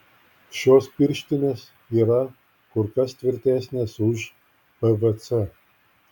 šios pirštinės yra kur kas tvirtesnės už pvc